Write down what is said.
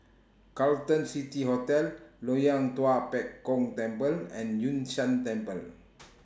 Carlton City Hotel Loyang Tua Pek Kong Temple and Yun Shan Temple